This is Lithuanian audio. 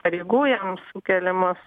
pareigų jam sukeliamos